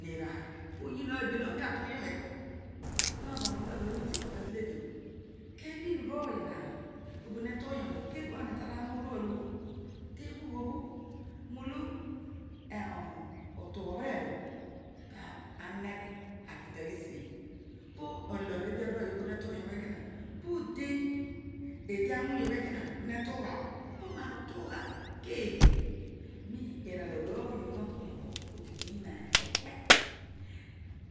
Nireaar poyii ooy behaan ka tughu yom eko, so nova roolo arooy obho idibo tadeledebho kebhin rooy ha obo hetughu oro obho leruaul terana odual obho tebhul obho roolo otugha obereer obho taheghe akitaghsigh po alooy edi arooy obho me tughuyom obho ekoma odein eedi awony obho ekona bho netughabho keeghe rouraem arooy oh hotughuyoro oh po udi toyin ekpe